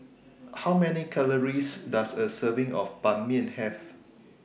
How Many Calories Does A Serving of Ban Mian Have